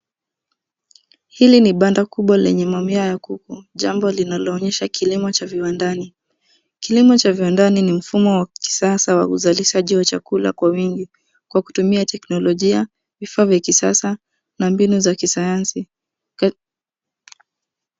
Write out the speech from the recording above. Hili ni banda kubwa lenye mamia ya kuku. Jambo linaloonyesha kilimo cha viwandani. Kilimo cha viwandani ni mfumo wa kisasa wa uzalishaji wa chakula kwa wingi kwa kutumia teknolojia, vifaa vya kisasa na mbinu za kisayansi.